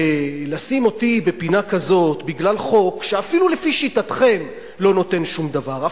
ולשים אותי בפינה כזאת בגלל חוק שאפילו לפי שיטתכם לא נותן שום דבר,